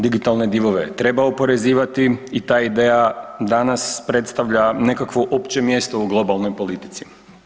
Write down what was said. Digitalne divove treba oporezivati i da ideja danas predstavlja nekakvo opće mjesto u globalnoj politici.